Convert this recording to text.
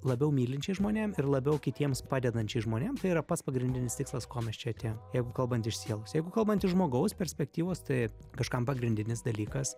labiau mylinčiais žmonėm ir labiau kitiems padedančiais žmonėm tai yra pats pagrindinis tikslas ko mes čia atėjom jeigu kalbant iš sielos jeigu kalbant iš žmogaus perspektyvos tai kažkam pagrindinis dalykas